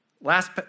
Last